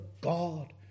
God